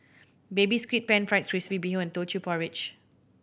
Baby Squid Pan Fried Crispy Bee Hoon and Teochew Porridge